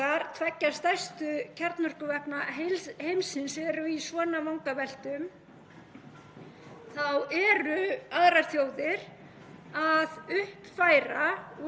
að uppfæra og þróa sín kjarnorkuvopnabúr og má þar nefna sem dæmi